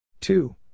Two